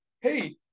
hey